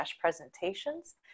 presentations